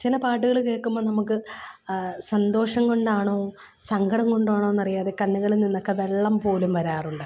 ചില പാട്ടുകള് കേള്ക്കുമ്പോള് നമുക്ക് സന്തോഷം കൊണ്ടാണോ സങ്കടം കൊണ്ടാണോന്നറിയാതെ കണ്ണുകളിൽ നിന്നൊക്കെ വെള്ളം പോലും വരാറുണ്ട്